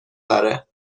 داره